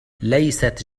ليست